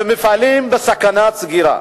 במפעלים בסכנת סגירה.